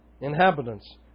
inhabitants